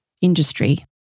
industry